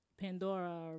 Pandora